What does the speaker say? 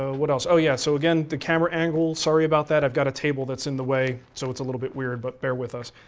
ah what else? oh yeah. so again, the camera angle, sorry about that. i've got a table that's in the way, so it's a little bit weird, but bear with us.